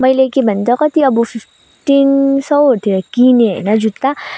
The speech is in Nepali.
मैले के भन्छ कति अब फिफ्टिन सौहरूतिर किनेँ होइन जुत्ता